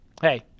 hey